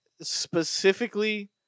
specifically